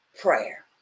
prayer